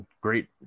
great